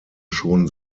schon